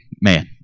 Man